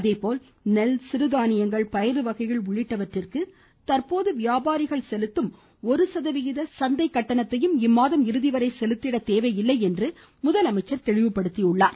அதேபோல் நெல் சிறுதானியங்கள் பயறு வகைகள் உள்ளிட்டவற்றிற்கு தற்போது வியாபாரிகள் செலுத்தும் ஒரு சதவிகித சந்தை கட்டணத்தையும் இம்மாத இறுதிவரை செலுத்திட வேண்டியதில்லை என்றும் முதலமைச்சர் தெளிவுபடுத்தியுள்ளார்